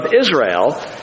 Israel